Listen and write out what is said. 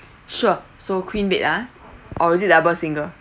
sure so queen bed uh or is it double single